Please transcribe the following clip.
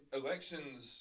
elections